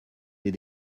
des